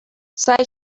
سعی